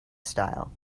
style